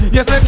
Yes